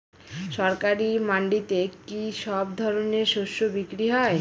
সরকারি মান্ডিতে কি সব ধরনের শস্য বিক্রি হয়?